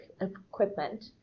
equipment